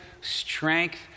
strength